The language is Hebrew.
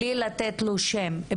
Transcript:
בלי לתת לו שם,